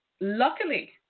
luckily